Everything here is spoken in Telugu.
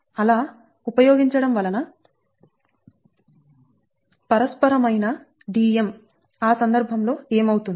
అలా ఉపయోగించడం వలన పరస్పరమైన Dm ఆ సందర్భంలో ఏమవుతుంది